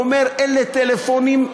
הוא אומר: אלה טלפונים,